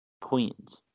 Queens